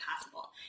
possible